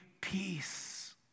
peace